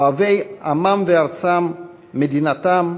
אוהבי עמם וארצם ומדינתם,